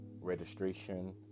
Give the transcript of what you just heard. Registration